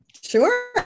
sure